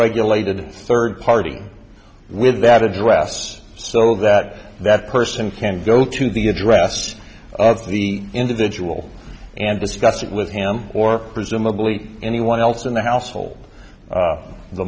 unregulated third party with that address so that that person can go to the address of the individual and discuss it with him or presumably anyone else in the household the